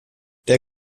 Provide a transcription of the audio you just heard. der